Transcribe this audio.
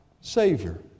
Savior